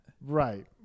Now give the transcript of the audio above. Right